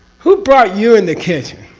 who brought you in the kitchen?